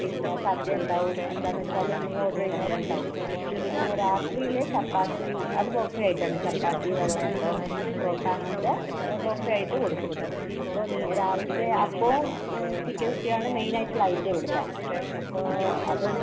പിന്നെ സദ്യയുണ്ടാവും എന്താന്നുവെച്ചാൽ നിങ്ങൾ ഓർഡർ ചെയ്യുന്നത് പോലെ ഇണ്ടാവും പിന്നെ രാത്രിയിൽ ചപ്പാത്തി അത് ബഫേ ആയിട്ടാണ് ചപ്പാത്തി വെള്ളയപ്പം പൊറോട്ട അങ്ങനത്തേ ബഫേ ആയിട്ട് കൊടുക്കും അപ്പോൾ രാവിലത്തെ അപ്പോം ചിക്കൻ സ്റ്റൂവും ആണ് മെയിൻ ആയിട്ടുള്ള ഐറ്റം ഇവിടുത്തെ അപ്പോൾ അത്